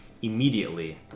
Immediately